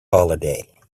holiday